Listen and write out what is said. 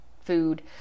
food